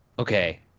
Okay